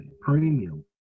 premium